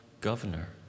Governor